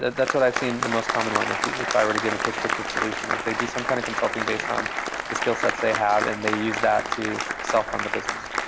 that what i've seen the most common one if if i were to give a prescriptive solution. if they do some kind of consulting based on the skillsets they have and they use that to self-fund the business.